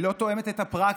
היא לא תואמת את הפרקטיקה,